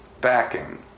backing